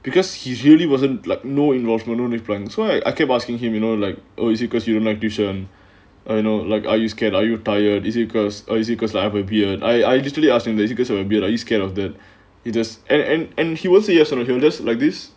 because he's really wasn't like no involvement no reply why I keep asking him you know like oh is it because you don't like tuition or you know like are you scared are you tired if you because or is it because life appeared I I usually ask him that you guys are a bit are you scared of that it is and and and he was it yesterday he will just like this